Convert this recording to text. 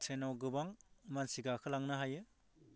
ट्रेनाव गोबां मानसि गाखोलांनो हायो